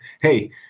Hey